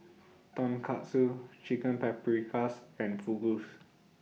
Tonkatsu Chicken Paprikas and Fugu's